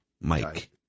Mike